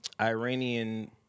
Iranian